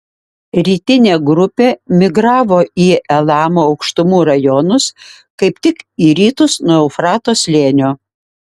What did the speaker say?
rytinė grupė migravo į elamo aukštumų rajonus kaip tik į rytus nuo eufrato slėnio